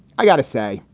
i got to say,